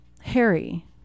Harry